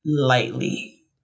lightly